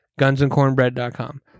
Gunsandcornbread.com